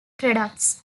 products